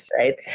right